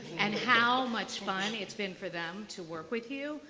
and how much fun it's been for them to work with you,